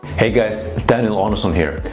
hey guys, daniel audunsson here.